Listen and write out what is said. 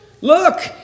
Look